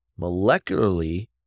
molecularly